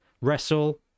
wrestle